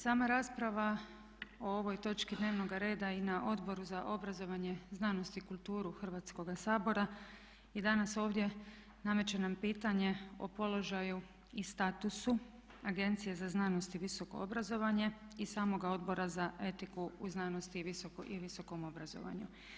Sama rasprava o ovoj točki dnevnoga reda i na Odboru za obrazovanje, znanost i kulturu Hrvatskoga sabora i danas ovdje nameće nam pitanje o položaju i statusu Agencije za znanost i visoko obrazovanje i samoga Odbora za etiku u znanosti i visokom obrazovanju.